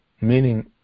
meaning